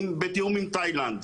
בתיאום עם תאילנד.